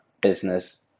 business